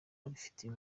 abifitiye